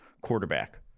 quarterback